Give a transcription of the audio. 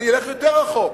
אלך יותר רחוק: